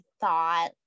thought